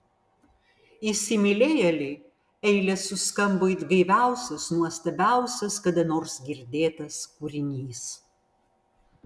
įsimylėjėlei eilės suskambo it gaiviausias nuostabiausias kada nors girdėtas kūrinys